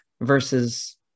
versus